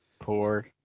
Poor